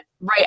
right